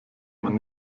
man